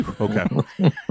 Okay